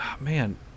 Man